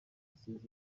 gusezera